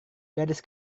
gadis